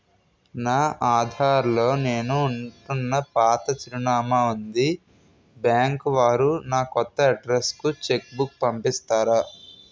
నా ఆధార్ లో నేను ఉంటున్న పాత చిరునామా వుంది బ్యాంకు వారు నా కొత్త అడ్రెస్ కు చెక్ బుక్ పంపిస్తారా?